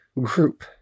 group